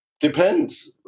depends